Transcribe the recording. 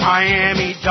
Miami